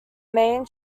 main